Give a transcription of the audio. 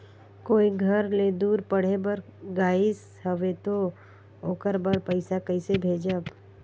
कोई घर ले दूर पढ़े बर गाईस हवे तो ओकर बर पइसा कइसे भेजब?